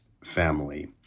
family